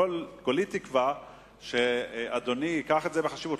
כולי תקווה שאדוני יראה בזה חשיבות.